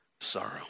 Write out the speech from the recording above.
sorrow